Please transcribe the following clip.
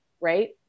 right